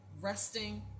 resting